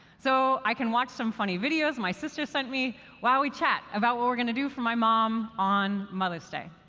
so i can watch some funny videos my sister sent me while we chat about what we're going to do for my mom on mother's day.